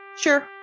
sure